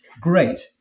great